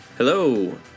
Hello